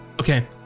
Okay